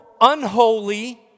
unholy